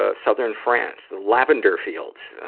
ah southern france, the lavender fields,